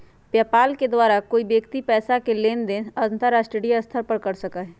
PayPal के द्वारा कोई व्यक्ति पैसा के लेन देन अंतर्राष्ट्रीय स्तर पर कर सका हई